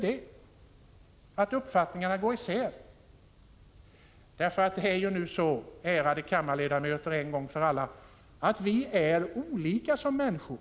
Det är nu så en gång för alla, ärade kammarledamöter, att vi är olika som människor.